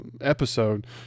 episode